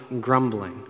grumbling